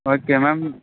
okay ma'am